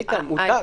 איתן, מותר.